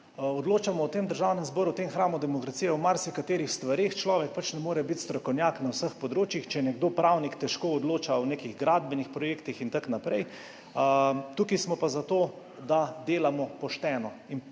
prava. V Državnem zboru, v tem hramu demokracije odločamo o marsikateri stvari, človek pač ne more biti strokovnjak na vseh področjih. Če je nekdo pravnik, težko odloča o nekih gradbenih projektih in tako naprej. Tukaj smo pa zato, da delamo pošteno.